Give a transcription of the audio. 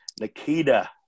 Nikita